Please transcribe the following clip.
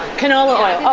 canola oil.